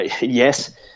yes